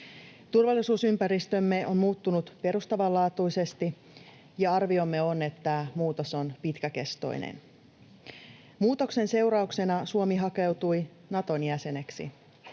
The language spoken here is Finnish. Turvallisuusympäristömme on muuttunut perustavanlaatuisesti, ja arviomme on, että muutos on pitkäkestoinen. Muutoksen seurauksena Suomi hakeutui Naton jäseneksi.